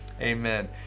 Amen